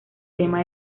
tema